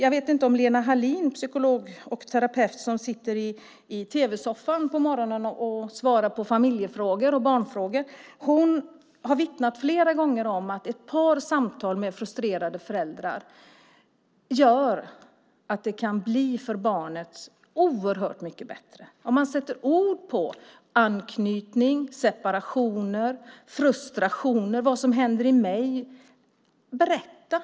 Louise Hallin, psykolog och terapeut, som på morgnar sitter i tv-soffan och svarar på familje och barnfrågor, har flera gånger vittnat om att ett par samtal med frustrerade föräldrar kan göra att det blir oerhört mycket bättre - alltså om man sätter ord på anknytning, separationer och frustrationer, vad som händer i en. Berätta!